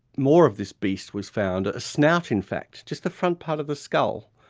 more of this beast was found, a snout in fact, just the front part of the skull.